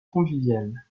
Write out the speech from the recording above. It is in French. conviviale